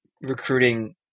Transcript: recruiting